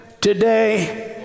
today